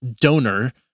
donor